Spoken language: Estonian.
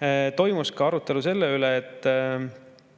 Arutati ka selle üle, et